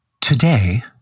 Today